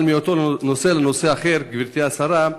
אבל מאותו נושא לנושא אחר, גברתי השרה,